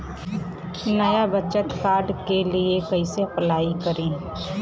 नया बचत कार्ड के लिए कइसे अपलाई करी?